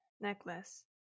necklace